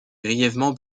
grièvement